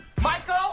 Michael